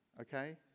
Okay